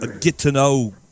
get-to-know